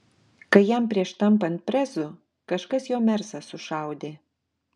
kai jam prieš tampant prezu kažkas jo mersą sušaudė